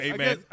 Amen